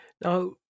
now